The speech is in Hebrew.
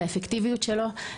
באפקטיביות שלו,